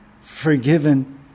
forgiven